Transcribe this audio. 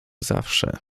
zawsze